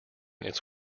its